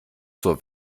zur